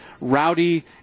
rowdy